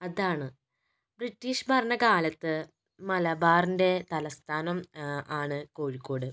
അതാണ് ബ്രിട്ടീഷ് ഭരണകാലത്ത് മലബാറിൻ്റെ തലസ്ഥാനം ആണ് കോഴിക്കോട്